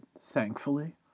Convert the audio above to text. thankfully